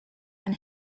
and